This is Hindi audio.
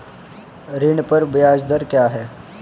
ऋण पर ब्याज दर क्या है?